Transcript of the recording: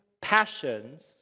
passions